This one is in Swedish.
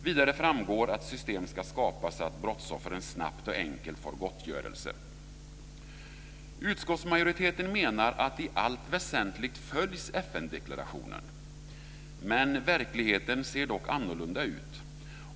Vidare framgår att system ska skapas så att brottsoffren snabbt och enkelt får gottgörelse. Utskottsmajoriteten menar att FN-deklarationen i allt väsentligt följs. Verkligheten ser dock annorlunda ut.